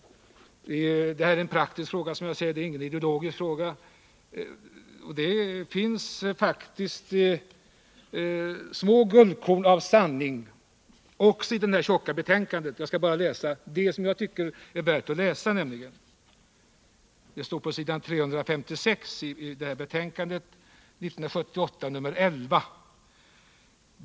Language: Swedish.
Men detta är en praktisk fråga, som jag ser det, och ingen ideologisk fråga. Det finns faktiskt små guldkorn av sanning också i det här tjocka betänkandet. Jag skall bara läsa det som jag tycker är värt att läsa. Det står på s. 356 i betänkandet — SOU 1978:11.